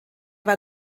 war